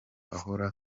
ahora